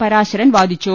പരാശരൻ വാദിച്ചു